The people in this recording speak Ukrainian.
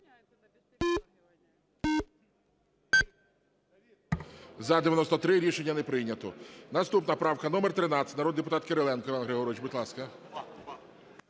За-93 Рішення не прийнято. Наступна правка номер 13, народний депутат Кириленко Іван Григорович, будь ласка.